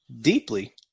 deeply